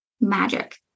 magic